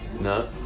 No